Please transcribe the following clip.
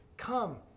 Come